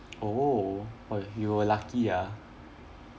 oh !wah! you were lucky ah